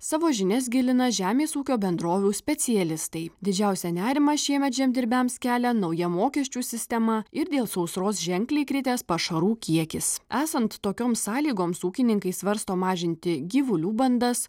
savo žinias gilina žemės ūkio bendrovių specialistai didžiausią nerimą šiemet žemdirbiams kelia nauja mokesčių sistema ir dėl sausros ženkliai kritęs pašarų kiekis esant tokioms sąlygoms ūkininkai svarsto mažinti gyvulių bandas